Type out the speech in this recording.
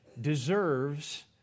deserves